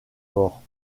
morts